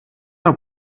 are